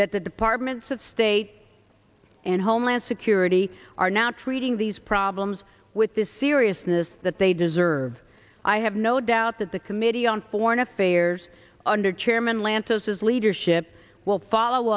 that the departments of state and homeland security are now treating these problems with the seriousness that they deserve i have no doubt that the committee on foreign affairs under chairman lantos his leadership will follow